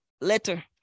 letter